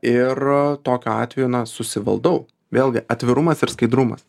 ir tokiu atveju na susivaldau vėlgi atvirumas ir skaidrumas